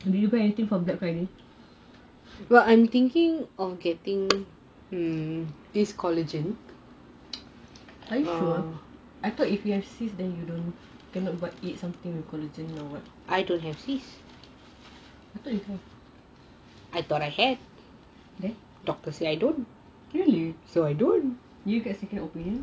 did you buy anything for black friday are you sure I thought if you have swiss then then you cannot eat something with collagen or what I don't I thought you have really